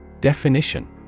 Definition